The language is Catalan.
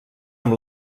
amb